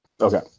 Okay